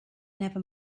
never